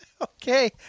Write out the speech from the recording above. Okay